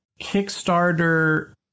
Kickstarter